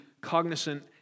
cognizant